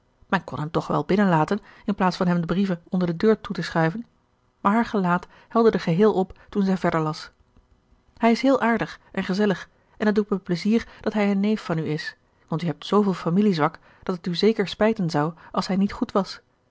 men kon hem toch wel binnenlaten in plaats van hem de brieven onder de deur toe te schuiven maar haar gelaat helderde geheel op toen zij verder las hij is heel aardig en gezellig en het doet me plezier dat hij een neef van u is want u hebt zooveel familiezwak dat het u zeker spijten zou als hij niet goed was